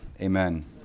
Amen